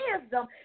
wisdom